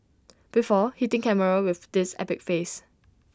before hitting camera with this epic face